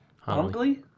Hungly